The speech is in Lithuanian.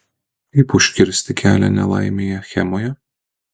kaip užkirsti kelią nelaimei achemoje